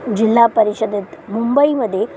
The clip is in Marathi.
जिल्हा परिषदेत मुंबईमध्ये